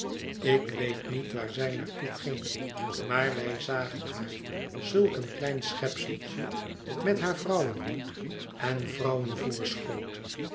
ik weet niet waar zij naar toe ging maar wij zagen haar zulk een klein schepseltje met haar vrouwenhoed en